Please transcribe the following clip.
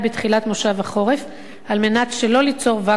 על מנת שלא ליצור ואקום כשיפוג תוקפה של